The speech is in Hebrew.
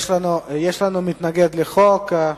יש לנו מתנגד לחוק,